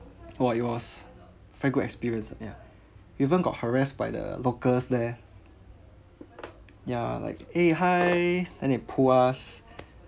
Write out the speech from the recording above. !wah! it was very good experience ah ya even got harassed by the locals there ya like eh hi and they pull us